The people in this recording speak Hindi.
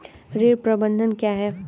ऋण प्रबंधन क्या है?